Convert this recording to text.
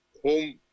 home